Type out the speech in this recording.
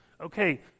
okay